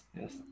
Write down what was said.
Yes